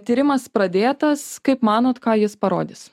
tyrimas pradėtas kaip manot ką jis parodys